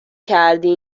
کردی